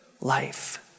life